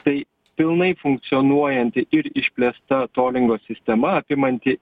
tai pilnai funkcionuojanti ir išplėsta tolingo sistema apimanti